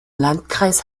landkreis